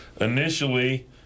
initially